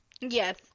Yes